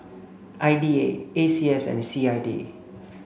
I D A A C S and C I D